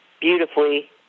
beautifully